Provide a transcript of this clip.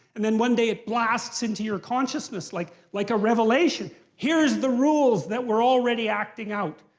and then one day it blasts into your consciousness like like a revelation. here's the rules that we're already acting out.